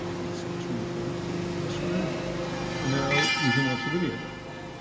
let's turn it back this way and now you can watch the video.